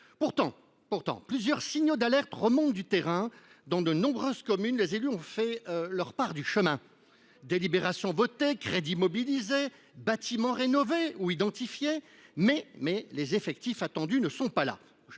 Pourtant, plusieurs signaux d’alerte remontent du terrain. Dans de nombreuses communes, les élus ont fait leur part du chemin : délibérations votées, crédits mobilisés, bâtiments rénovés ou du moins identifiés. Mais les effectifs attendus ne sont pas là.